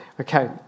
okay